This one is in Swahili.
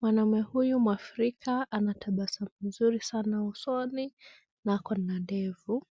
Mwanaume huyu mwafrika anatabasamu nzuri sana usoni na akona ndevu.